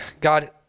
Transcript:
god